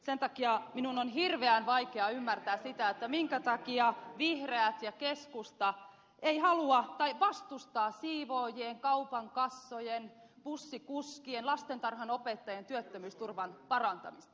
sen takia minun on hirveän vaikea ymmärtää sitä minkä takia vihreät ja keskusta vastustavat siivoojien kaupan kassojen bussikuskien lastentarhanopettajien työttömyysturvan parantamista